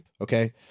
Okay